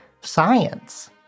science